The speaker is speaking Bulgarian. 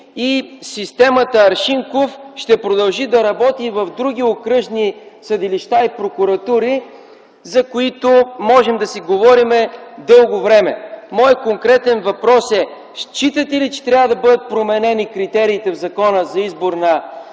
и системата „Аршинков” ще продължи да работи и в други окръжни съдилища и прокуратури, за които можем да си говорим дълго време. Моят конкретен въпрос е: считате ли, че трябва да бъдат променени критериите в Закона за избор на